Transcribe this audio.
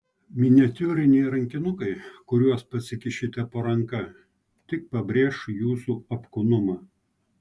miniatiūriniai rankinukai kuriuos pasikišite po ranka tik pabrėš jūsų apkūnumą